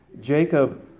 Jacob